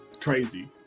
Crazy